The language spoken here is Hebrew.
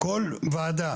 כל ועדה,